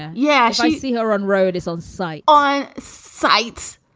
yeah she seen her on road is on site on sites